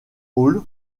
hall